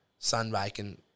sunbaking